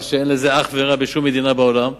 שאין לזה אח ורע בשום מדינה בעולם?